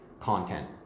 content